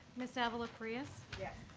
ms. ah avila farias? yes.